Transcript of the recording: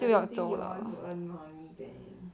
I don't think you'll want to earn money man